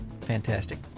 Fantastic